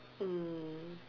mm